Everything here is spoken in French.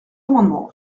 amendement